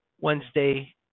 Wednesday